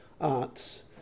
arts